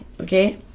okay